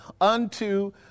unto